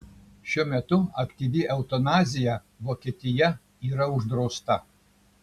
šiuo metu aktyvi eutanazija vokietija yra uždrausta